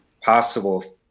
possible